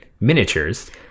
miniatures